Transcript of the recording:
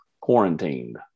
quarantined